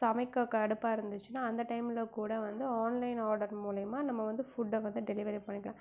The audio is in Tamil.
சமைக்க கடுப்பாக இருந்துச்சின்னால் அந்த டைமில் கூட வந்து ஆன்லைன் ஆடர் மூலிமா நம்ம வந்து ஃபுட்டை வந்து டெலிவரி பண்ணிக்கலாம்